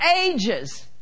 ages